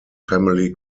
family